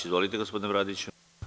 Izvolite gospodine Bradiću.